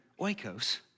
Oikos